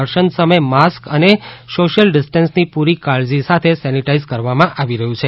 દર્શન સમયે માસ્ક અને સોશિયલ ડિસ્ટન્સની પુરી કાળજી સાથે સેનેટાઇઝ કરવામાં આવી રહ્યું છે